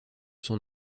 son